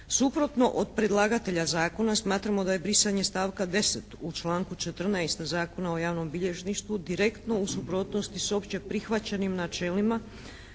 Suprotno od predlagatelja zakona smatramo da je brisanje stavka 10. u članku 14. Zakona o javnom bilježništvu direktno u suprotnosti sa opće prihvaćenim načelima